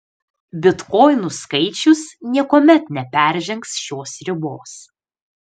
bitkoinų skaičius niekuomet neperžengs šios ribos